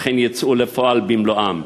אכן יצאו לפועל במלואם.